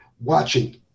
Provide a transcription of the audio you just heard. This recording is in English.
watching